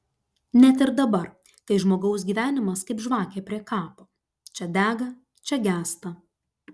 net ir dabar kai žmogaus gyvenimas kaip žvakė prie kapo čia dega čia gęsta